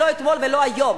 לא אתמול ולא היום.